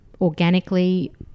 organically